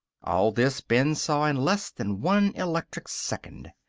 all this ben saw in less than one electric second.